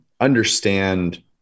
understand